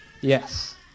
yes